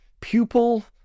pupil